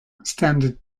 standard